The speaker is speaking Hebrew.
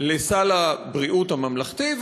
לסל הבריאות הממלכתי,